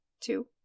two